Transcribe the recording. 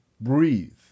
breathe